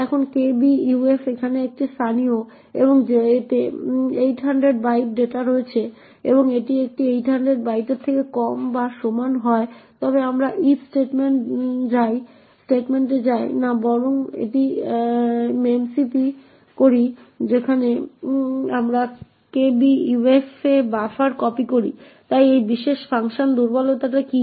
এখন kbuf এখানে একটি স্থানীয় এবং এতে 800 বাইট ডেটা রয়েছে এবং যদি এটি 800 বাইটের থেকে কম বা সমান হয় তবে আমরা if স্টেটমেন্টে যাই না বরং একটি memcpy করি যেখানে আমরা kbuf এ বাফার কপি করি তাই এই বিশেষ ফাংশন দুর্বলতা কি